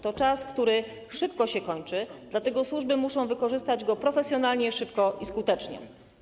To czas, który szybko się kończy, dlatego służby muszą wykorzystać go profesjonalnie, szybko i skutecznie.